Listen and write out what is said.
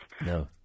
No